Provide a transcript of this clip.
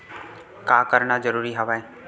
का करना जरूरी हवय?